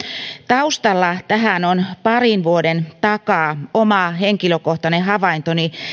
taustalla tähän on parin vuoden takaa oma henkilökohtainen havaintoni